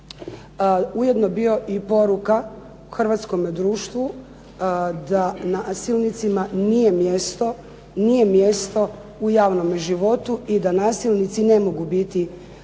ujedno bio i poruka hrvatskome društvu, da nasilnicima nije mjesto u javnom životu i da nasilnici ne mogu biti